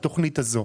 בתוכנית הזו.